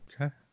Okay